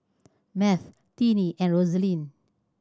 Math Tinnie and Rosalind